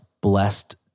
blessed